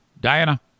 Diana